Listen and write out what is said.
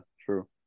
true